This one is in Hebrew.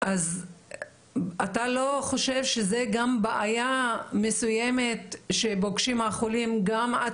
אז אתה לא חושב שזה גם בעיה מסוימת שפוגשים החולים גם עד